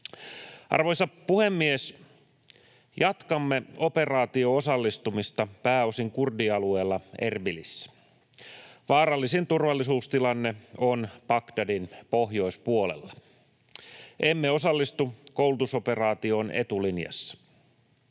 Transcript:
Arvoisa puhemies! Jatkamme operaatioon osallistumista pääosin kurdialueella Erbilissä. Vaarallisin turvallisuustilanne on Bagdadin pohjoispuolella. Emme osallistu koulutusoperaatioon etulinjassa.